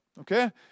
Okay